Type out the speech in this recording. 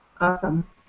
Awesome